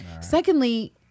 Secondly